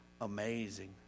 amazing